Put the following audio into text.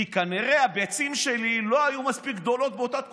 כי כנראה הביצים שלי לא היו מספיק גדולות באותה תקופה,